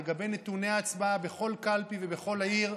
לגבי נתוני ההצבעה בכל קלפי ובכל עיר.